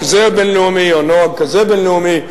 בין-לאומי כזה או נוהג בין-לאומי כזה,